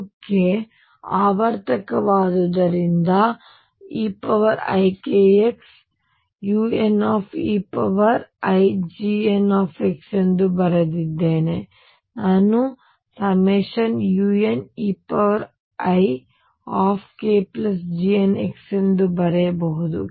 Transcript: ಮತ್ತು uk ಆವರ್ತಕವಾದುದರಿಂದ ನಾವು ಇದನ್ನುeikx∑un eiGnxಎಂದು ಬರೆದಿದ್ದೇನೆ ಅದನ್ನು ನಾನು ∑un eikGnxಎಂದು ಬರೆಯಬಹುದು